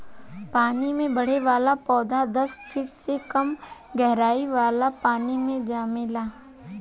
पानी में बढ़े वाला पौधा दस फिट से कम गहराई वाला पानी मे जामेला